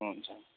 हुन्छ